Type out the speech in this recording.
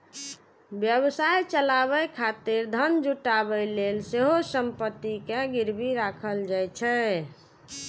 व्यवसाय चलाबै खातिर धन जुटाबै लेल सेहो संपत्ति कें गिरवी राखल जाइ छै